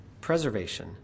preservation